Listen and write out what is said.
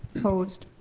opposed?